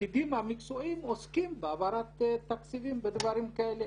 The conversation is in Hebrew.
הפקידים המקצועיים עוסקים בהעברת תקציבים ודברים כאלה.